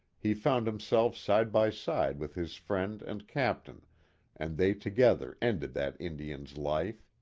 he found himself side by side with his friend and captain and they together ended that in dian's life.